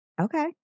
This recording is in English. Okay